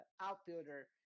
outfielder